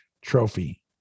trophy